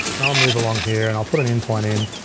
and i'll move along here and i'll put an in point in.